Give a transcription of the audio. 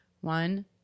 One